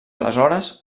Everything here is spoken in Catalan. aleshores